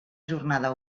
jornada